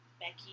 Becky